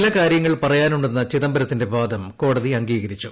ചില കാര്യങ്ങൾ പറയാനുണ്ടെന്ന ചിദംബരത്തിന്റെ വാദം കോടതി അംഗീകരിച്ചു